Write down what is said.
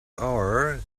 are